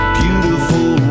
beautiful